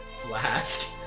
flask